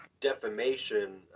defamation